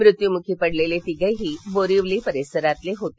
मृत्युमुखी पडलेले तिघेही बोरीवली परिसरातील होते